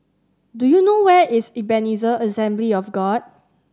do you know where is Ebenezer Assembly of God